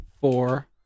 four